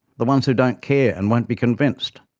the ones who don't care and won't be convinced?